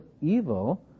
evil